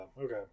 okay